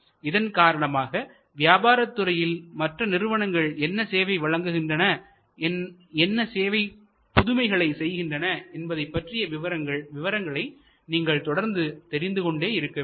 இதன் காரணமாக வியாபாரத்துறையில் மற்ற நிறுவனங்கள் என்ன சேவை வழங்குகின்றன என்ன சேவைகளில் புதுமைகளை செய்கின்றன என்பதை பற்றி விவரங்களை நீங்கள் தொடர்ந்து தெரிந்து கொண்டே இருக்க வேண்டும்